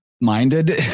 minded